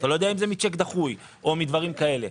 לא יודעים אם זה מצ'ק דחוי או מדברים כאלה.